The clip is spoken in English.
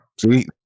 Sweet